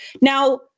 Now